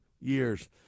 years